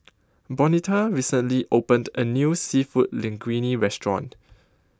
Bonita recently opened A New Seafood Linguine Restaurant